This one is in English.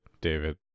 David